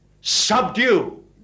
subdue